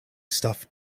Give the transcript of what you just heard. stuff